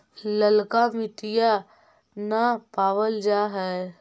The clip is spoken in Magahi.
ललका मिटीया न पाबल जा है?